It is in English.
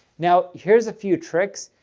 now, here's a few tricks.